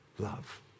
love